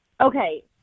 Okay